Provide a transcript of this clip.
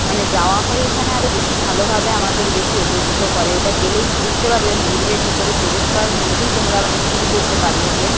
মানে যাওয়া হয় ওখানে আরো বেশি ভালোভাবে আমাদের বেশি অভিভূত করে ওটা গেলেই বুসতে পারবে মন্দিরের ভিতরে প্রবেশ করার মধ্যেই তোমরা মানে ফিল করতে পারবে যে